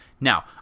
Now